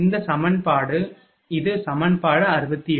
இந்த சமன்பாடு சமன்பாடு 68